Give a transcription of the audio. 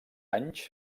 anys